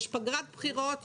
יש פגרת בחירות,